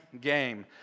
game